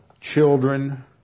children